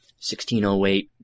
1608